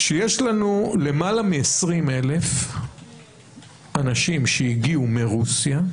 שיש לנו למעלה מ-20,000 אנשים שהגיעו מרוסיה,